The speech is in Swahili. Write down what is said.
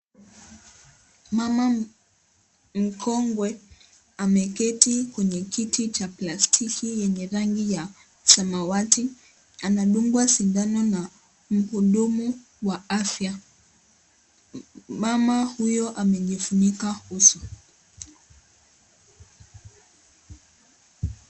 Mama mkongwe, ameketi kwenye kiti cha plastiki yenye rangi ya samawati. Anadungwa sindano na mhudumu wa afya. Mama huyo amejifunika uso.